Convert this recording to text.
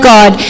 God